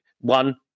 one